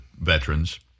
veterans